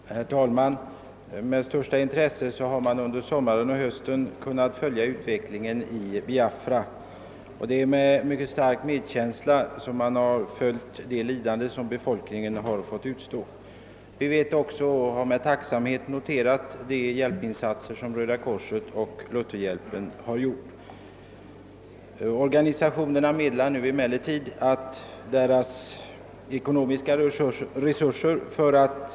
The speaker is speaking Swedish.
Herr talman! Med största intresse har man under sommaren och hösten kunnat följa utvecklingen i Biafra. Jag tror knappast någon har kunnat undgå att känna stark medkänsla för den lidande befolkningen, och vi har med tacksamhet noterat de hjälpinsatser som har utförts av Röda korset och Lutherhjälpen. Det är inte endast mycket storslagna personliga insatser som utförts, utan man har också kunnat tillskjuta ekonomiska belopp av icke obetydlig storlek. Man befarar nu emellertid inom organisationerna, att man kommer att bli tvungen att inskränka på hjälpsändningarna av den anledningen att de ekonomiska resurserna håller på att tömmas.